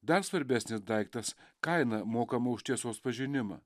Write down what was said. dar svarbesnis daiktas kaina mokama už tiesos pažinimą